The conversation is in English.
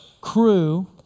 crew